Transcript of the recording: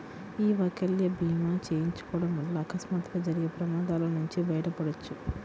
యీ వైకల్య భీమా చేయించుకోడం వల్ల అకస్మాత్తుగా జరిగే ప్రమాదాల నుంచి బయటపడొచ్చు